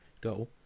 go